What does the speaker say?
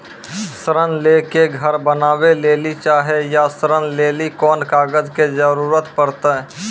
ऋण ले के घर बनावे लेली चाहे या ऋण लेली कोन कागज के जरूरी परतै?